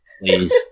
please